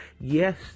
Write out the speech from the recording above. yes